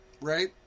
right